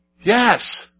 Yes